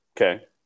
Okay